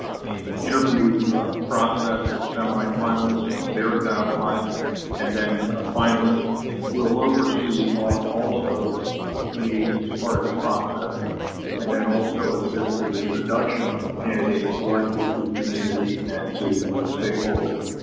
the interview process for semi-finalists, once they're identified and then a finalist and we'll oversee on all of those meetings as part of the process and then also assist with the introduction of the candidates selected to the community and to stakeholders.